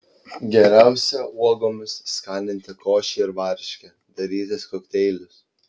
geriausia uogomis skaninti košę ir varškę darytis kokteilius